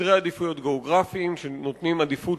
סדרי עדיפויות גיאוגרפיים שנותנים עדיפות